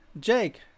Jake